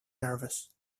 nervous